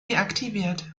deaktiviert